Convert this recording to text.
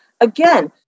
Again